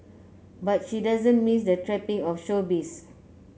but she doesn't miss the trappings of showbiz